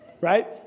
right